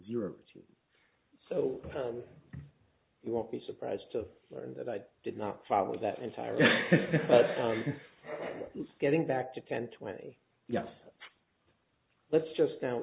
two so you won't be surprised to learn that i did not follow that entire getting back to ten twenty yes let's just